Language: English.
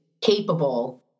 capable